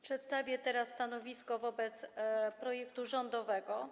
Przedstawię teraz stanowisko wobec projektu rządowego.